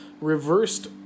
reversed